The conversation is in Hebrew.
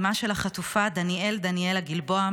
אימה של החטופה דניאל דניאלה גלבוע,